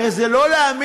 הרי זה לא להאמין,